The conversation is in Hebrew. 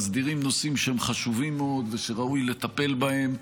מסדירים נושאים שהם חשובים מאוד ושראוי לטפל בהם.